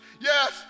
yes